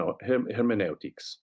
hermeneutics